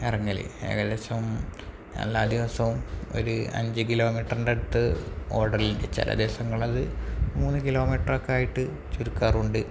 ഇറങ്ങല് ഏകദേശം എല്ലാ ദിവസവും ഒര് അഞ്ച് കിലോമീറ്ററിൻ്റെയടുത്ത് ഓടലുണ്ട് ചില ദിവസങ്ങളിലത് മൂന്ന് കിലോമീറ്ററൊക്കെയായിട്ട് ചുരുക്കാറുമുണ്ട്